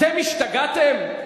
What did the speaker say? אתם השתגעתם?